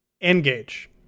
Engage